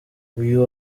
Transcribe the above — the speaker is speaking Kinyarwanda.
uyu